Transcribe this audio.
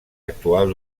actual